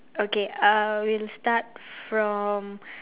okay uh we'll start from